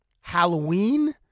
Halloween